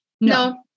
No